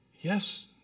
yes